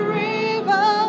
river